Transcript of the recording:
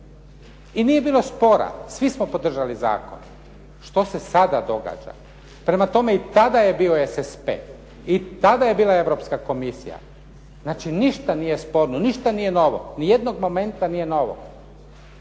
I nije bilo spora. Svi smo podržali zakon. Što se sada događa? Prema tome i tada je bio SSP, i tada je bila Europska komisija. Znači ništa nije sporno, ništa nije novo. Ni jednog momenta nije novog.